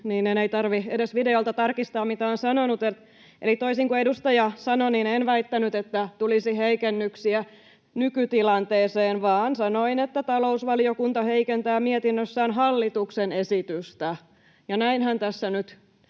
niin ei tarvitse edes videolta tarkistaa, mitä on sanonut. Eli toisin kuin edustaja sanoi, niin en väittänyt, että tulisi heikennyksiä nykytilanteeseen, vaan sanoin, että talousvaliokunta heikentää mietinnössään hallituksen esitystä. Ja näinhän tässä nyt